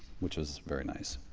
which is very nice.